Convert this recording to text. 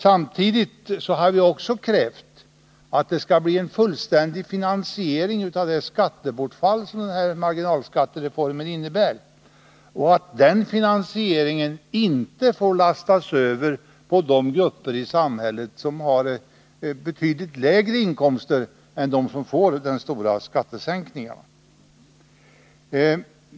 Samtidigt har vi också krävt att det skall bli en fullständig finansiering av det skattebortfall som den här marginalskattereformen innebär och att den finansieringen inte får lastas över på de grupper i samhället som har betydligt lägre inkomster än de som får den stora skattesänkningen.